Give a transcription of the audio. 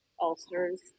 ulcers